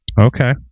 Okay